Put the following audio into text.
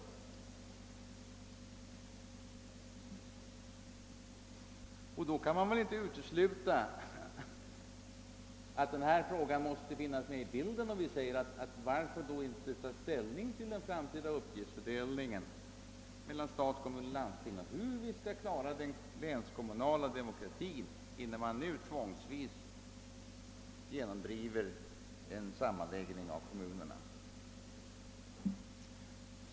Spörsmålet kan därför inte uteslutas när vi frågar varför man inte förut skall ta ställning till den framtida uppgiftsfördelningen mellan stat, kommun och landsting och till hur vi skall klara den länskommunala demokratin innan en sammanläggning av kommunerna tvångsvis genomdrivs.